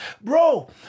Bro